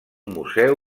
museu